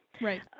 right